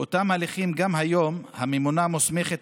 באותם הליכים גם היום הממונה מוסמכת